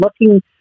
looking